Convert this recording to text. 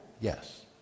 Yes